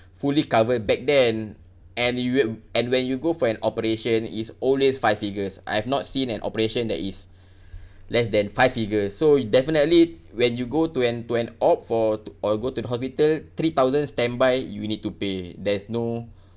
fully covered back then and you and when you go for an operation is always five figures I have not seen an operation that is less than five figures so definitely when you go to an to an op for or go to the hospital three thousand standby you'll need to pay there's no